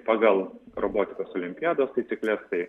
pagal robotikos olimpiados taisykles tai